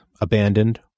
Abandoned